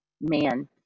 man